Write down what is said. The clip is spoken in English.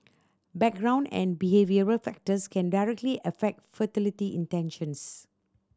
background and behavioural factors can directly affect fertility intentions